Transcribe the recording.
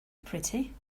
pretty